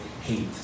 hate